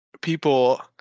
People